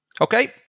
Okay